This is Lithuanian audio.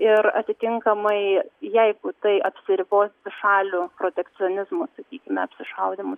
ir atitinkamai jeigu tai apsiribos dvišaliu protekcionizmu sakykime apsišaudymu